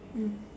mm